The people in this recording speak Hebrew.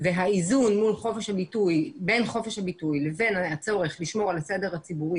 והאיזון בין חופש הביטוי לבין הצורך לשמור על הסדר הציבורי